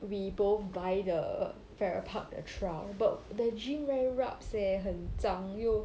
we both buy the farrer park the trial but the gym very rabs eh 很脏又